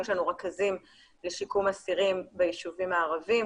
יש לנו רכזים לש יקום אסירים ביישובים הערבים,